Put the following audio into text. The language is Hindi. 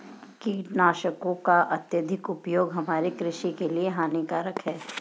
कीटनाशकों का अत्यधिक उपयोग हमारे कृषि के लिए हानिकारक है